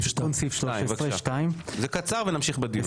זה קצר, ונמשיך בדיון.